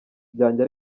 byanjye